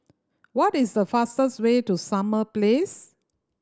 what is the fastest way to Summer Place